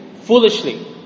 foolishly